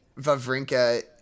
Vavrinka